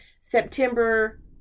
September